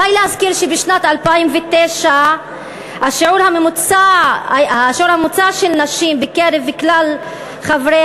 די להזכיר שבשנת 2009 השיעור הממוצע של נשים בקרב כלל חברי